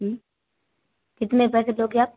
कितने पैसे लोगे आप